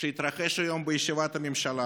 שהתרחש היום בישיבת הממשלה